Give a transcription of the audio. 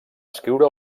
escriure